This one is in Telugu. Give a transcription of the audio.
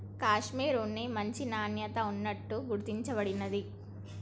కాషిమిర్ ఉన్ని మంచి నాణ్యత ఉన్నట్టు గుర్తించ బడింది